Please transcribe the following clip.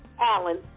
Alan